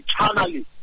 eternally